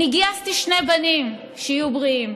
אני גייסתי שני בנים, שיהיו בריאים,